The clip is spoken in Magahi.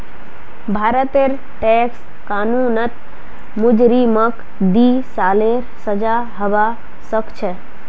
भारतेर टैक्स कानूनत मुजरिमक दी सालेर सजा हबा सखछे